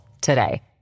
today